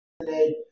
today